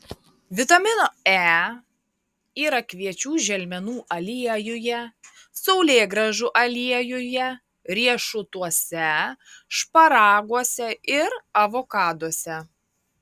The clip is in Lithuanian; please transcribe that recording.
vitamino e yra kviečių želmenų aliejuje saulėgrąžų aliejuje riešutuose šparaguose ir avokaduose